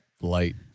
Light